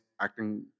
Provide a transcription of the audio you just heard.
acting